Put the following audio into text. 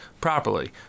properly